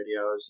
videos